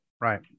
right